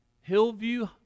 Hillview